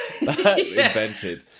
Invented